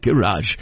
garage